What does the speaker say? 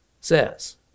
says